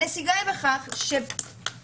הנסיגה היא בכך שלמשל,